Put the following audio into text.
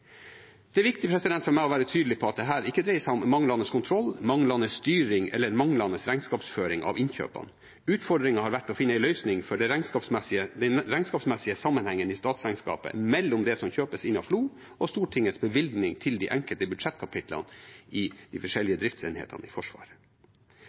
Det er viktig for meg å være tydelig på at dette ikke dreier seg om manglende kontroll, manglende styring eller manglende regnskapsføring av innkjøpene. Utfordringen har vært å finne en løsning for den regnskapsmessige sammenhengen i statsregnskapet mellom det som kjøpes inn av FLO, og Stortingets bevilgning til de enkelte budsjettkapitlene i de